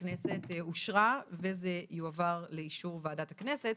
הכנסת אושרה וזה יועבר לאישור ועדת הכנסת.